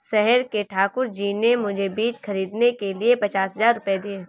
शहर के ठाकुर जी ने मुझे बीज खरीदने के लिए पचास हज़ार रूपये दिए